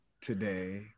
today